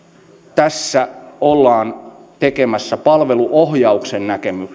tässä ollaan tekemässä palveluohjauksen